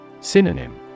Synonym